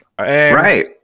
Right